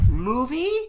Movie